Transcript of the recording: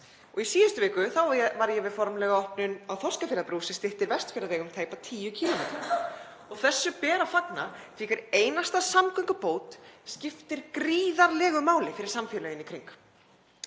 km. Í síðustu viku var ég við formlega opnun á Þorskafjarðarbrú sem styttir Vestfjarðaveg um tæpa 10 km. Þessu ber að fagna því að hver einasta samgöngubót skiptir gríðarlegu máli fyrir samfélögin í kring.